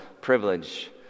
privilege